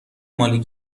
مال